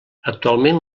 actualment